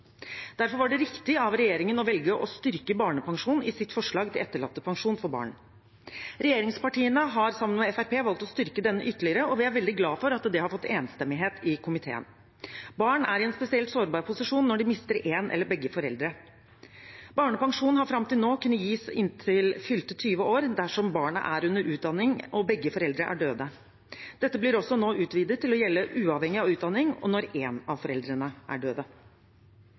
Derfor var det riktig av regjeringen å velge å styrke barnepensjonen i sitt forslag til etterlattepensjon for barn. Regjeringspartiene har sammen med Fremskrittspartiet valgt å styrke denne ytterligere, og jeg er veldig glad for at det har fått enstemmighet i komiteen. Barn er i en spesielt sårbar situasjon når de mister én eller begge foreldre. Barnepensjon har fram til nå kunnet gis inntil fylte 20 år dersom barnet er under utdanning og begge foreldrene er døde. Dette blir nå utvidet til å gjelde uavhengig av utdanning og når én av foreldrene er